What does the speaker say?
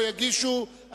תודה רבה, אדוני היושב-ראש.